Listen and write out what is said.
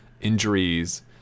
injuries